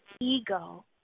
ego